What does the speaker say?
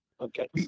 Okay